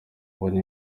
abona